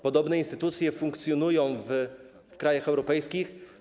Podobne instytucje funkcjonują w krajach europejskich.